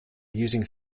using